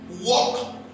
walk